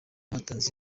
batanze